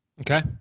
Okay